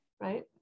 Right